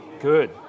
Good